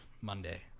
Monday